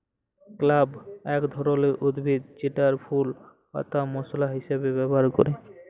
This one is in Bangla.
ক্লভ এক ধরলের উদ্ভিদ জেতার ফুল পাতা মশলা হিসাবে ব্যবহার ক্যরে